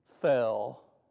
Fell